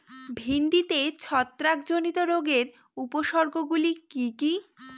ভিন্ডিতে ছত্রাক জনিত রোগের উপসর্গ গুলি কি কী?